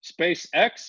SpaceX